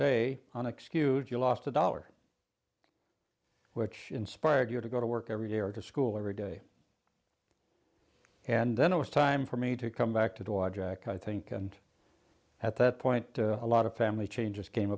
day on excuse you lost a dollar which inspired you to go to work every day or to school every day and then it was time for me to come back to do i jack i think and at that point a lot of family changes came